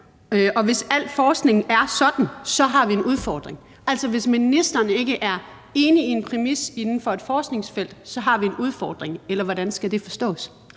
at hvis al forskning er sådan, har vi en udfordring. Altså, hvis ministeren ikke er enig i en præmis inden for et forskningsfelt, har vi en udfordring – eller hvordan skal det forstås?